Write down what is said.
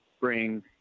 bring